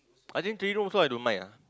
I think three room also I don't mind ah